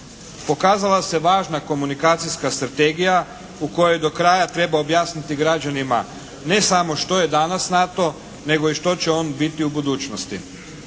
Pokazala je važna komunikacijska strategija u kojoj do kraja treba objasniti građanima ne samo što je danas NATO, nego i što će on biti u budućnosti.